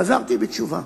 חזרתי בתשובה.